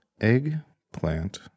Eggplant